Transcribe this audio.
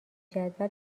جدول